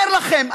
אומר לכם,